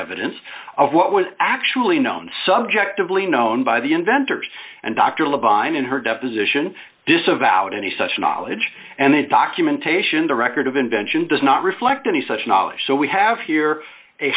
evidence of what was actually known subject of lee known by the inventors and dr labonte in her deposition disavowed any such knowledge and the documentation the record of invention does not reflect any such knowledge so we have here a